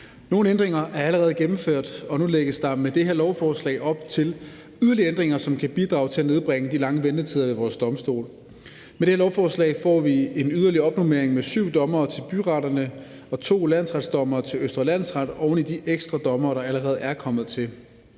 Nogle ændringer er allerede gennemført, og nu lægges der med det her lovforslag op til yderligere ændringer, som kan bidrage til at nedbringe de lange ventetider ved vores domstole. Med det her lovforslag får vi en yderligere opnormering med syv dommere til byretterne og to landsdommere til Østre Landsret oven i de ekstra dommere, der allerede er kommet til.